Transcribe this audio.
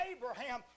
Abraham